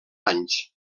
anys